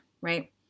right